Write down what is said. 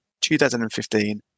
2015